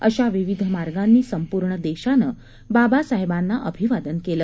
अशा विविध मार्गानी संपूर्ण देशानं बाबासाहेबांना अभिवादन केलं